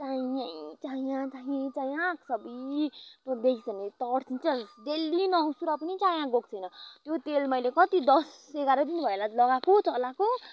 चायै चायाँ चायै चायाँ आएको छ अब्बुई तँ देखिस् भने तर्सिन्छस् डेल्ली नुहाउँछु र पनि चायाँ गएको छैन त्यो तेल मैले कति दस एघार दिन भयो होला लगाएको चलाएको